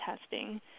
testing